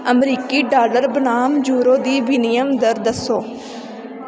अमरीकी डालर बनाम यूरो दी विनिमय दर दस्सो